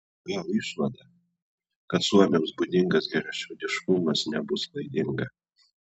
gal išvada kad suomiams būdingas geraširdiškumas nebus klaidinga